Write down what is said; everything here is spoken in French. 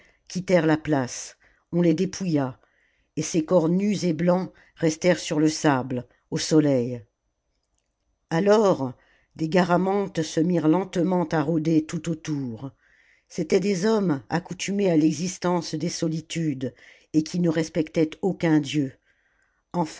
quittèrent la place on les dépouilla et ces corps nus et blancs restèrent sur le sable au soleil alors des garamantes se mirent lentement à rôder tout autour c'étaient des hommes accoutumés à l'existence des solitudes et qui ne respectaient aucun dieu